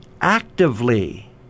actively